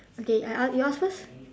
okay I ask you ask first